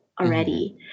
already